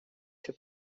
się